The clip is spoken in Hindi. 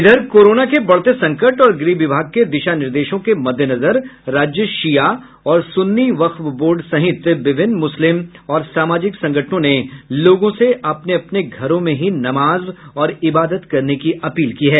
इधर कोरोना के बढ़ते संकट और गृह विभाग के दिशा निर्देशों के मद्देनजर राज्य शिया और सुन्नी वक्फ बोर्ड सहित विभिन्न मुस्लिम और सामाजिक संगठनों ने लोगों से अपने अपने घरों में ही नमाज और इबादत करने की अपील की है